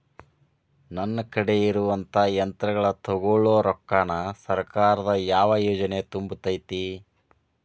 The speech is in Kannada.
ನನ್ ಕಡೆ ಇರುವಂಥಾ ಯಂತ್ರಗಳ ತೊಗೊಳು ರೊಕ್ಕಾನ್ ಸರ್ಕಾರದ ಯಾವ ಯೋಜನೆ ತುಂಬತೈತಿ?